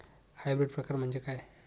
Hybrid प्रकार म्हणजे काय?